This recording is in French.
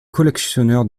collectionneur